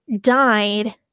died